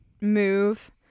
move